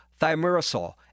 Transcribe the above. thimerosal